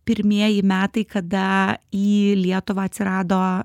pirmieji metai kada į lietuvą atsirado